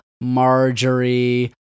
marjorie